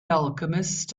alchemist